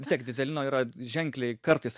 vis tiek dyzelino yra ženkliai kartais